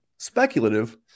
Speculative